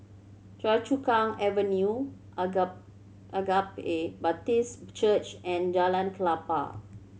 Choa Chu Kang Avenue Agape Agape Baptist Church and Jalan Klapa